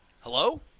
Hello